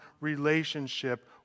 relationship